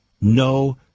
No